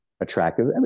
attractive